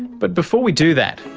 but before we do that,